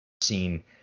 seen